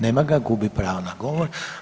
Nema ga, gubi pravo na govor.